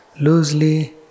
loosely